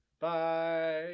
Bye